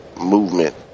movement